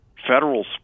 federal